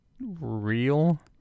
real